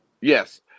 Yes